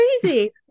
crazy